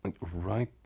right